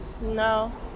No